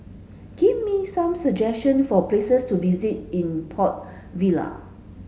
give me some suggestion for places to visit in Port Vila